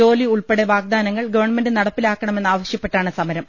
ജോലി ഉൾപ്പെടെ വാഗ്ദാനങ്ങൾ ഗവൺമെന്റ് നടപ്പിലാക്കണമെന്ന് ആവശ്യപ്പെട്ടാണ് സമ രം